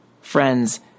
Friends